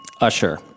Usher